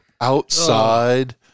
outside